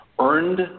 earned